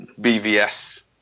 BVS